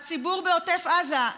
הציבור בעוטף עזה.